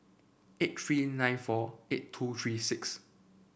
eight three nine four eight two three six